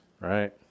right